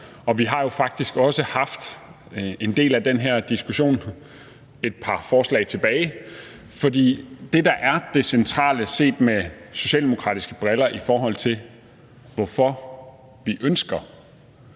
og vi har jo faktisk også haft en del af den her diskussion et par forslag tilbage. For det, der er det centrale set med socialdemokratiske briller, i forhold til at vi ønsker